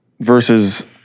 versus